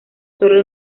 sólo